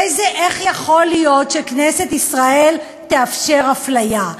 איך יכול להיות שכנסת ישראל תאפשר אפליה,